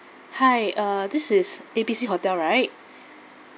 hi uh this is A B C hotel right